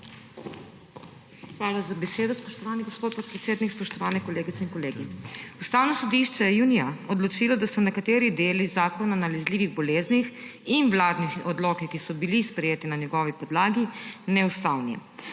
Hvala za besedo, spoštovani gospod podpredsednik. Spoštovani kolegice in kolegi! Ustavno sodišče je junija odločilo, da so nekateri deli Zakona o nalezljivih boleznih in vladni odloki, ki so bili sprejeti na njegovi podlagi, neustavni.